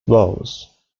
bose